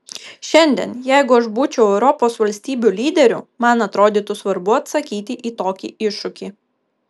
šiandien jeigu aš būčiau europos valstybių lyderiu man atrodytų svarbu atsakyti į tokį iššūkį